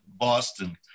Boston